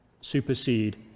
supersede